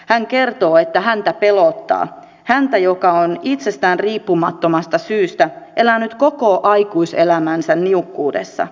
hän kertoo että häntä pelottaa häntä joka on itsestään riippumattomasta syystä elänyt koko aikuiselämänsä niukkuudessa